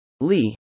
Lee